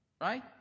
Right